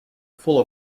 full